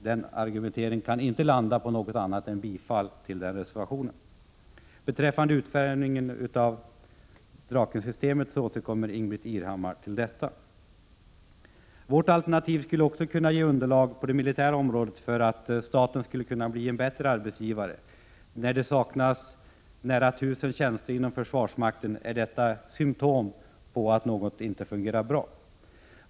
Hans argumentering kan inte landa på något annat än bifall till den reservationen. Utformningen av Drakensystemet återkommer Ingbritt Irhammar till i sitt anförande. Vårt alternativ skulle också kunna ge underlag på det militära området för att staten skulle kunna bli en bättre arbetsgivare. När det saknas nära tusen tjänster inom försvarsmakten, är detta ett symtom på att något inte fungerar bra.